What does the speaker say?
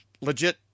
legit